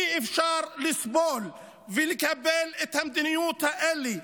אי-אפשר לסבול ולקבל את מדיניות ה"אין לי".